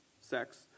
sex